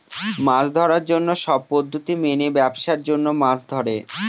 মাছ ধরার জন্য সব পদ্ধতি মেনে ব্যাবসার জন্য মাছ ধরে